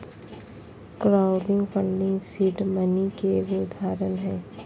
crowd funding seed money के एगो उदाहरण हय